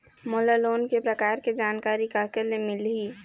मोला लोन के प्रकार के जानकारी काकर ले मिल ही?